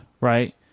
right